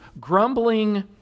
Grumbling